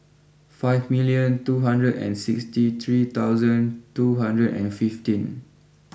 five million two hundred and sixty three thousand two hundred and fifteen